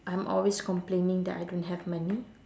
I'm always complaining that I don't have money